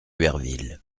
berville